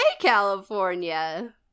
California